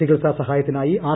ചികിത്സാ സഹായത്തിനായി ആർ